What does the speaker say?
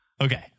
Okay